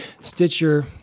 Stitcher